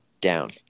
down